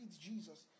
Jesus